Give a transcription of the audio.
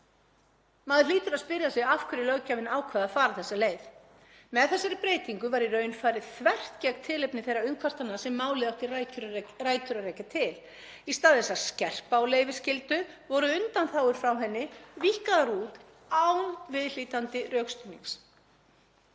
Maður hlýtur að spyrja sig af hverju löggjafinn ákvað að fara þessa leið. Með þessari breytingu var í raun farið þvert gegn tilefni þeirra umkvartana sem málið átti rætur að rekja til. Í stað þess að skerpa á leyfisskyldu voru undanþágur frá henni víkkaðar út án viðhlítandi rökstuðnings.